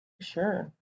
Sure